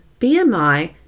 BMI